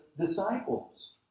disciples